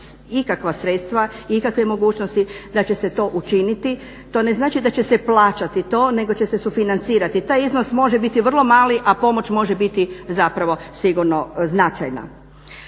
ikakva sredstva i ikakve mogućnosti da će se to učiniti. To ne znači da će se plaćati to, nego će se sufinancirati. Taj iznos može biti vrlo mali, a pomoć može biti zapravo sigurno značajna.